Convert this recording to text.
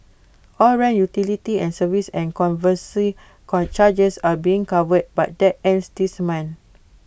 all rent utility and service and conservancy charges are being covered but that ends this month